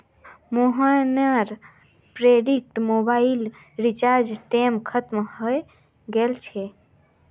मोहनेर prepaid mobile रीचार्जेर टेम खत्म हय गेल छे